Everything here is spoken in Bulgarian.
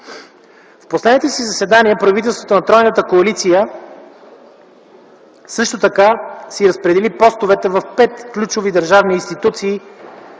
В последните си заседания правителството на тройната коалиция също така си разпредели постовете в пет ключови държавни институции,